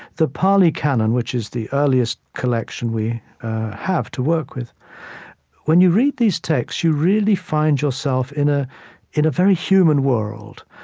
the pali canon, which is the earliest collection we have to work with when you read these texts, you really find yourself in ah in a very human world.